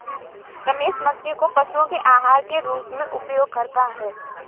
रमेश मक्के को पशुओं के आहार के रूप में उपयोग करता है